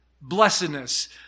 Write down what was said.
blessedness